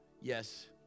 Yes